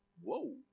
Whoa